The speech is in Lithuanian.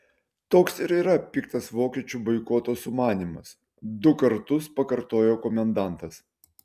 toks ir yra piktas vokiečių boikoto sumanymas du kartus pakartojo komendantas